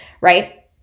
right